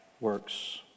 works